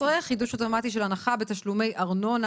16) (חידוש אוטומטי של הנחה בתשלומי ארנונה),